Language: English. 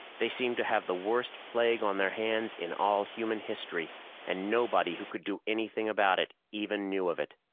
they seemed to have the worst plague on their hands in all human history and nobody who could do anything about it even knew of it.